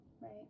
right